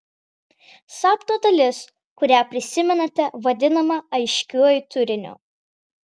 sapno dalis kurią prisimenate vadinama aiškiuoju turiniu